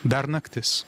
dar naktis